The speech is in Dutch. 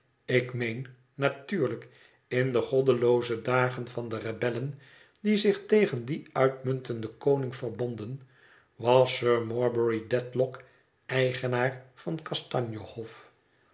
ik meen natuurlijk in de goddelooze dagen van de rebellen die zich tegen dien uitmuntenden koning verbonden was sir morbury dedlock eigenaar van kastanjehof